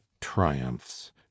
triumphs